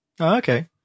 okay